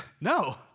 No